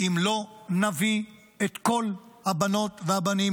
אם לא נביא את כל הבנות והבנים,